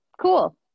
Cool